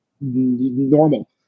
normal